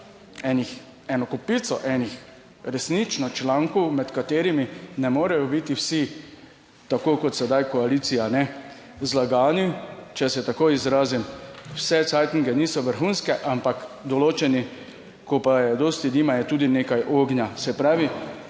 eno kopico enih resnično člankov, med katerimi ne morejo biti vsi tako kot sedaj koalicija, kajne, zlagani, če se tako izrazim. Vse "cajtnge" niso vrhunske, ampak določeni, ko pa je dosti dima, je tudi nekaj ognja. Se pravi,